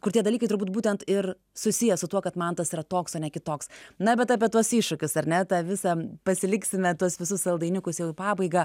kur tie dalykai turbūt būtent ir susiję su tuo kad mantas yra toks o ne kitoks na bet apie tuos iššūkius ar ne tą visą pasiliksime tuos visus saldainiukus jau į pabaigą